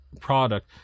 product